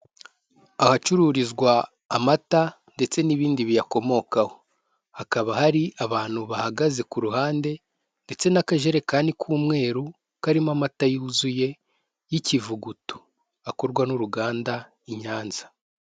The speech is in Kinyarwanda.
Ahacururizwa amata ndetse n'ibindi biyakomokaho. Hakaba hari abantu bahagaze ku ruhande ndetse n'akajerekani k'umweru karimo amata yuzuye y'ikivuguto akorwa n'uruganda i Nyanza.